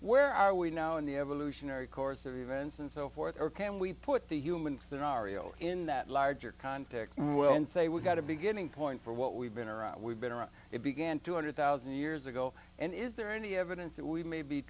where are we now in the evolutionary course of events and so forth or can we put the human thing ario in that larger context and say we've got a beginning point for what we've been around we've been around it began two hundred thousand years ago and is there any evidence that we may be